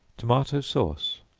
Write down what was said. tomato sauce.